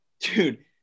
dude